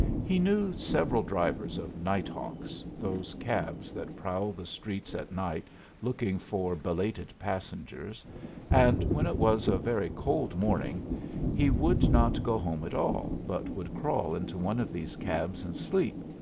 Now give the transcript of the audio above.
he knew several drivers of night hawks those cabs that prowl the streets at night looking for belated passengers and when it was a very cold morning he would not go home at all, but would crawl into one of these cabs and sleep,